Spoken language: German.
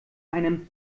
einen